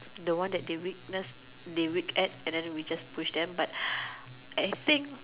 the one that they witness they weak at then we just push them but I think